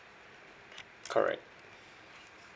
correct